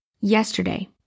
yesterday